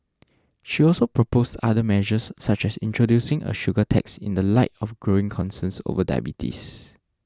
she also proposed other measures such as introducing a sugar tax in the light of growing concerns over diabetes